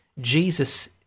Jesus